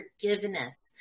forgiveness